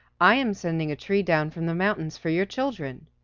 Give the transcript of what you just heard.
i am sending a tree down from the mountains for your children.